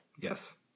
Yes